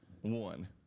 One